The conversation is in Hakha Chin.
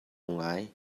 ngai